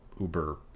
Uber